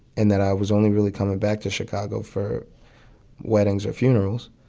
and that i was only really coming back to chicago for weddings or funerals.